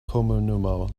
komunumo